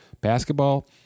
Basketball